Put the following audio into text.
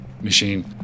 machine